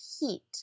heat